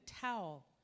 towel